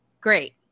Great